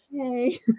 hey